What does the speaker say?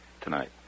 tonight